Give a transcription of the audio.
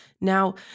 Now